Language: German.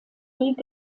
weg